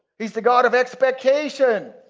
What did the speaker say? he's the god of expectation.